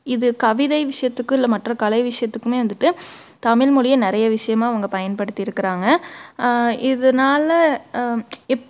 இது கவிதை விஷயத்துக்கு இல்லை மற்ற கலை விஷயத்துக்குமே வந்துட்டு தமிழ்மொழியை நிறைய விஷயமா அவங்க பயன்படுத்திருக்கிறாங்க இதனால இப்